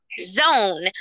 zone